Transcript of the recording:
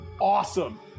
Awesome